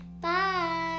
Bye